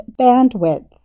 bandwidth